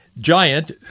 giant